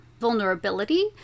vulnerability